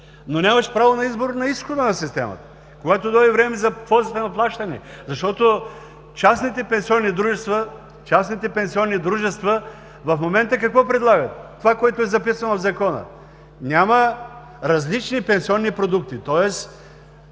но нямаш право на избор на изхода на система, когато дойде време за плащане. Защото частните пенсионни дружества в момента какво предлагат? Това, което е записано в Закона – няма различни пенсионни продукти,